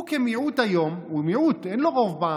הוא מיעוט היום, הוא מיעוט, אין לו רוב בעם.